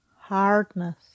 hardness